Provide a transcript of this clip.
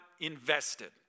invested